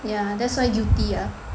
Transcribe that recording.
ya that's why guilty ah